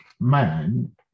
Man